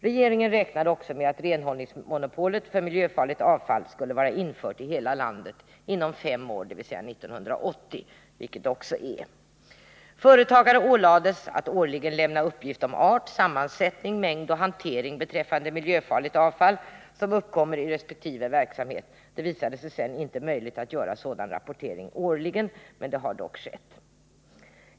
Regeringen räknade också med att renhållningsmonopolet för miljöfarligt avfall skulle vara infört i hela landet inom fem år, dvs. 1980 — vilket det också är. Företagare ålades att årligen lämna uppgift om art, sammansättning, mängd och hantering beträffande miljöfarligt avfall som uppkommer i resp. verksamhet. Det visade sig sedan att det inte var möjligt att göra sådan rapportering årligen, men viss rapportering har skett.